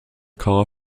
car